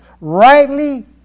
rightly